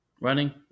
Running